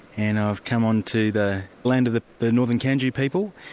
and i've come on to the land of the the northern tenjie people,